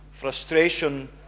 frustration